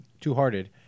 two-hearted